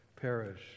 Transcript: perish